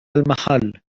المحل